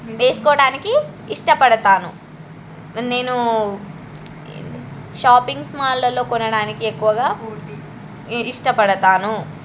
వేసుకోవడానికి ఇష్టపడతాను నేను షాపింగ్స్ మాళ్లల్లో కొనడానికి ఎక్కువగా ఇష్టపడతాను